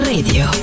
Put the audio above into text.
Radio